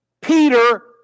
Peter